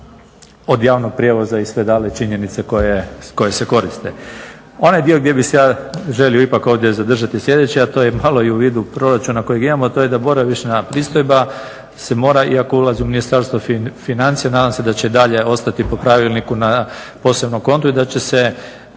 od javnog prijevoza i sve dalje činjenice koje se koriste. Onaj dio gdje bi se ja želio ovdje ipak zadržati je sljedeći je malo i u vidu proračuna kojeg imamo to je da boravišna pristojba se mora iako ulazi u Ministarstvo financija, nadam se da će i dalje ostati po pravilniku na posebnom kontu i da će se